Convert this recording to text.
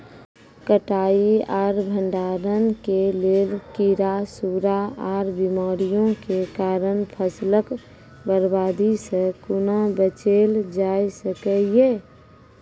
कटाई आर भंडारण के लेल कीड़ा, सूड़ा आर बीमारियों के कारण फसलक बर्बादी सॅ कूना बचेल जाय सकै ये?